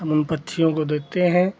हम उन पक्षियों को देते हैं